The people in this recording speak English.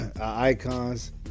icons